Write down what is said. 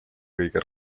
kõige